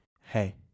Hey